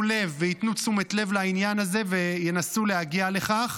לב וייתנו תשומת לב לעניין הזה וינסו להגיע לכך.